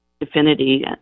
affinity